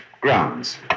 grounds